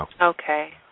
Okay